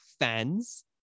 fans